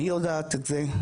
אני יודעת את זה,